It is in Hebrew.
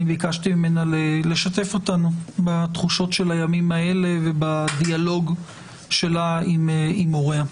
ביקשתי ממנה לשתף אותנו בתחושות של הימים האלה ובדיאלוג שלה עם הוריה.